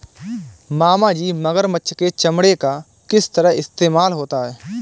मामाजी मगरमच्छ के चमड़े का किस तरह इस्तेमाल होता है?